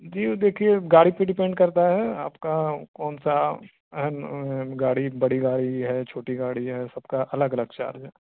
جی دیکھیے گاڑی پہ ڈیپینڈ کرتا ہے آپ کا کون سا اوہ گاڑی بڑی گاڑی ہے چھوٹی گاڑی ہے سب کا الگ الگ چارج ہے